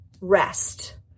rest